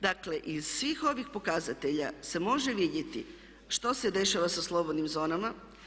Dakle, iz svih ovih pokazatelja se može vidjeti što se dešava sa slobodnim zonama.